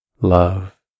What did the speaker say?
love